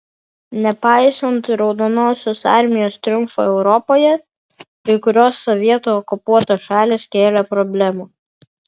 nepaisant raudonosios armijos triumfo europoje kai kurios sovietų okupuotos šalys kėlė problemų